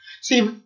See